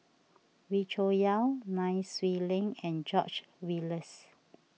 Wee Cho Yaw Nai Swee Leng and George Oehlers